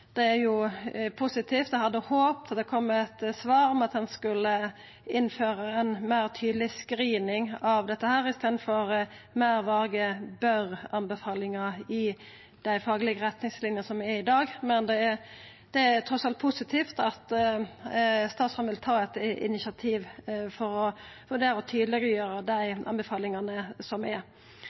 Det er positivt. Eg hadde håpa at det kom eit svar om at han skulle innføra ei meir tydeleg screening av dette, i staden for meir vage bør-anbefalingar i dei faglege retningslinene som gjeld i dag. Men det er trass alt positivt at statsråden vil ta eit initiativ for der å tydeleggjera dei anbefalingane som gjeld. Eg er